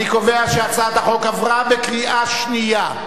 אני קובע שהצעת החוק עברה בקריאה שנייה.